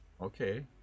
Okay